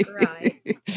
Right